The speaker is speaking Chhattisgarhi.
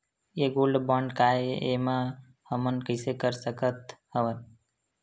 ये गोल्ड बांड काय ए एमा हमन कइसे कर सकत हव?